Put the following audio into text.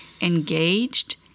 engaged